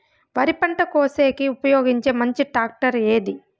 వరి పంట కోసేకి ఉపయోగించే మంచి టాక్టర్ ఏది?